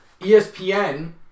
ESPN